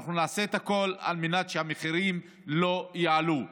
אנחנו נעשה הכול על מנת שהמחירים לא יעלו.